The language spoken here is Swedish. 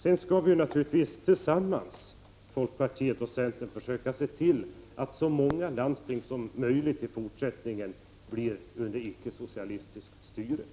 Sedan skall naturligtvis folkpartiet och centern tillsammans försöka se till att så många landsting som möjligt i fortsättningen kommer under icke — socialistiskt styre.